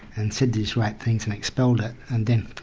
and said these right things and expelled it, and then